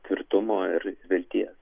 tvirtumo ir vilties